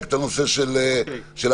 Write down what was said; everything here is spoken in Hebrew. את הנושא של הפגרה?